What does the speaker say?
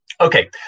Okay